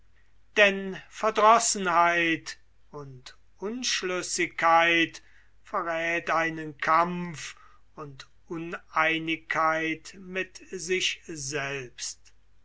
denn verdrossenheit und unschlüssigkeit verräth einen kampf und uneinigkeit mit sich selbst